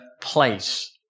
place